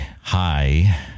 Hi